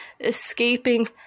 escaping